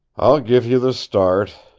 i'll give you the start,